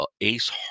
Ace